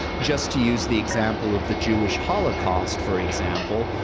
just to use the example of the jewish holocaust, for example,